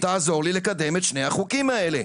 תעזור לי לקדם את שני החוקים האלה,